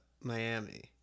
Miami